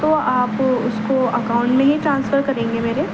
تو آپ اس کو اکاؤنٹ میں ہی ٹرانسفر کریں گے میرے